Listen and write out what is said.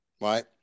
Right